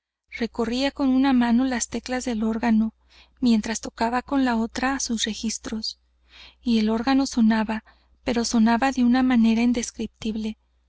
recorría con una mano las teclas del órgano mientras tocaba con la otra á sus registros y el órgano sonaba pero sonaba de una manera indescriptible